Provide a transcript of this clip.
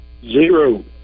Zero